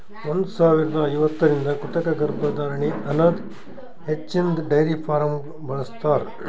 ಒಂದ್ ಸಾವಿರದಾ ಐವತ್ತರಿಂದ ಕೃತಕ ಗರ್ಭಧಾರಣೆ ಅನದ್ ಹಚ್ಚಿನ್ದ ಡೈರಿ ಫಾರ್ಮ್ದಾಗ್ ಬಳ್ಸತಾರ್